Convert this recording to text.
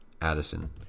Addison